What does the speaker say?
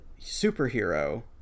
superhero